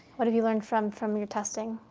what have you learned from from your testing?